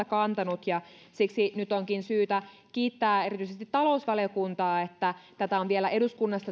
kantanut siksi nyt onkin syytä kiittää erityisesti talousvaliokuntaa että tätä pakettia on vielä eduskunnassa